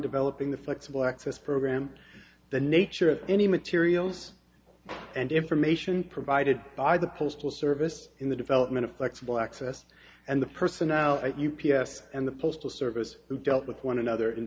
developing the flexible access program the nature of any materials and information provided by the postal service in the development of flexible access and the personnel at u p s and the postal service who dealt with one another